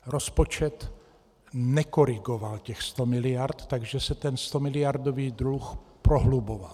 Rozpočet nekorigoval těch sto miliard, takže se ten stomiliardový dluh prohluboval.